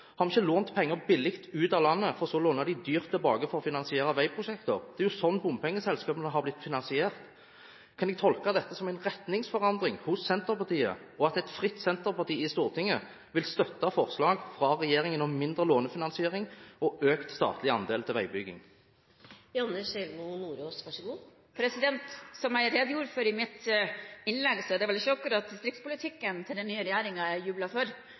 det ikke nettopp dette Senterpartiet har gjort i åtte år? Har vi ikke lånt penger billig ut av landet, for så å låne dem dyrt tilbake for å finansiere veiprosjekter? Det er jo slik bompengeselskapene har blitt finansiert. Kan jeg tolke dette som en retningsforandring hos Senterpartiet, og at et fritt Senterpartiet i Stortinget vil støtte forslag fra regjeringen om mindre lånefinansiering og økt statlig andel til veibygging? Som jeg redegjorde for i mitt innlegg, er det vel ikke akkurat distriktspolitikken til den nye regjeringen jeg jubler for.